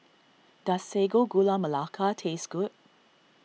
does Sago Gula Melaka taste good